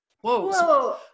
whoa